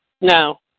No